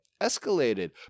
escalated